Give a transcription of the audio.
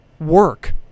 Work